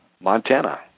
Montana